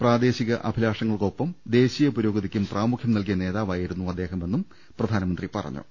പ്രാദേശിക അഭിലാഷങ്ങൾക്കൊപ്പം ദേശീയ പുരോഗതിക്കും പ്രാമുഖ്യം നൽകിയ നേതാവായിരുന്നു അദ്ദേഹ മെന്നും പ്രധാനമന്ത്രി പറഞ്ഞു